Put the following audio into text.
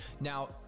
Now